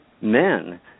men